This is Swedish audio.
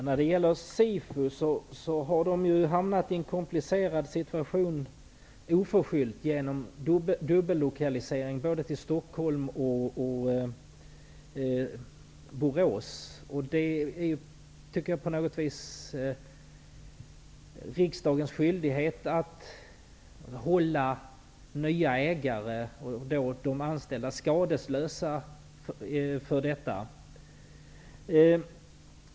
Herr talman! SIFU har oförskyllt hamnat i en komplicerad situation genom dubbellokalisering till både Stockholm och Borås. Jag tycker att det är riksdagens skyldighet att hålla nya ägare och de anställda skadeslösa för detta.